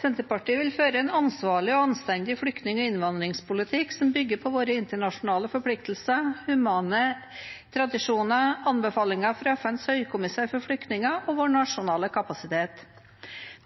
Senterpartiet vil føre en ansvarlig og anstendig flyktning- og innvandringspolitikk som bygger på våre internasjonale forpliktelser, humane tradisjoner, anbefalinger fra FNs høykommissær for flyktninger og vår nasjonale kapasitet.